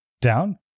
down